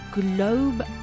globe